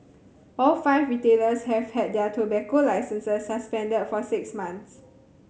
all five retailers have had their tobacco licences suspended for six months